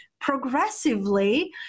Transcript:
progressively